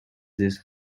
this